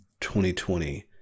2020